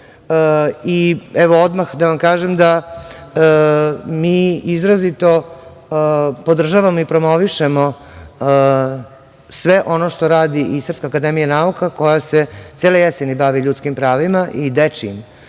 Evo, odmah da vam kažem da mi izrazito podržavamo i promovišemo sve ono što radi i SANU koja se cele jeseni bavi ljudskim pravima i dečijim,